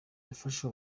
yafashe